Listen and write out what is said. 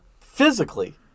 physically